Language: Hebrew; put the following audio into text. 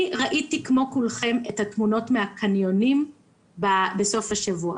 אני ראיתי כמו כולכם את התמונות מהקניונים בסוף השבוע,